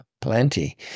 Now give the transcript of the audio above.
Plenty